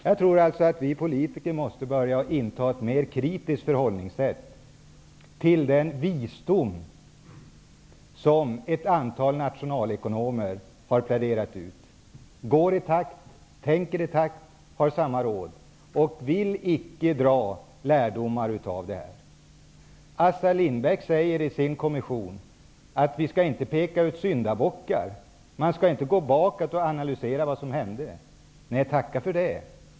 Jag tror att vi politiker måste inta ett mer kritiskt förhållningssätt till den visdom som ett antal nationalekonomer har pläderat för. Man går i takt, tänker i takt, får samma råd och vill icke dra lärdomar av detta. Assar Lindbeck säger i sin kommission att vi inte skall peka ut syndabockar. Vi skall inte gå bakåt och analysera vad som hände. Nej, tacka för det.